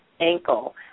ankle